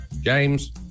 James